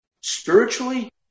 Spiritually